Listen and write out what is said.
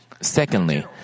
Secondly